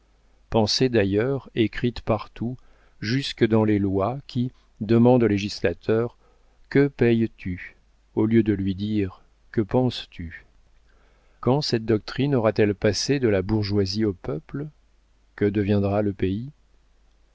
pensée d'ailleurs écrite partout jusque dans les lois qui demandent au législateur que payes tu au lieu de lui dire que penses-tu quand cette doctrine aura passé de la bourgeoisie au peuple que deviendra le pays